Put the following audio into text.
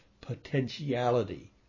potentiality